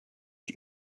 ich